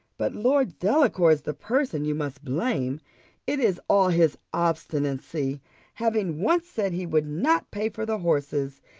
but lord delacour's the person you must blame it is all his obstinacy having once said he would not pay for the horses,